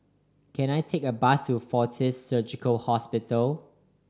can I take a bus to Fortis Surgical Hospital